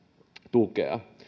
tukea